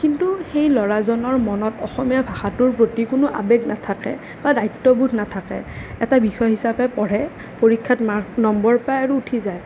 কিন্তু সেই ল'ৰাজনৰ মনত অসমীয়া ভাষাটোৰ প্ৰতি কোনো আৱেগ নাথাকে বা দায়িত্ববোধ নাথাকে এটা বিষয় হিচাপে পঢ়ে পৰীক্ষাত মাৰ্ক নম্বৰ পায় আৰু উঠি যায়